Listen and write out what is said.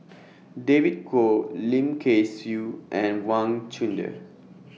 David Kwo Lim Kay Siu and Wang Chunde